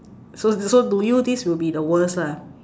so so to you this will be the worst lah